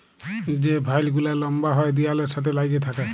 যে ভাইল গুলা লম্বা হ্যয় দিয়ালের সাথে ল্যাইগে থ্যাকে